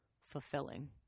fulfilling